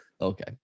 Okay